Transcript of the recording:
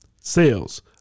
sales